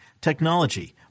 technology